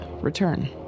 return